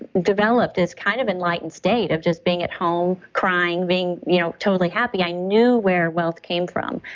developed as kind of enlightened state of just being at home crying, being you know totally happy. i knew where wealth came from.